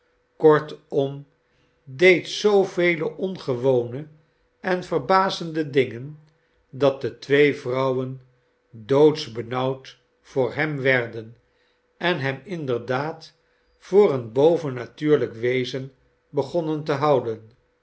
kortom deed zoovele ongewone en verbazende dingen dat de twee vrouwen doodsbenauwd voor hem werden en hem inderdaad voor een bovennatuurlijk wezen begonnen te houden